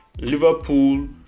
Liverpool